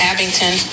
Abington